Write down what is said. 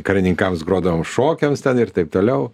karininkams grodavom šokiams ten ir taip toliau